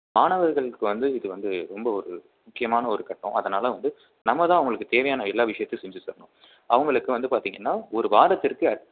மாணவர்களுக்கு வந்து இது வந்து ரொம்ப ஒரு முக்கியமான ஒரு கட்டம் அதனால் வந்து நம்ம தான் அவங்களுக்கு தேவையான எல்லா விஷயத்தையும் செஞ்சு தரணும் அவங்களுக்கு வந்து பார்த்தீங்கன்னா ஒரு வாரத்திற்கு அட்